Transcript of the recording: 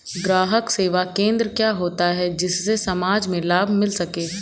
ग्राहक सेवा केंद्र क्या होता है जिससे समाज में लाभ मिल सके?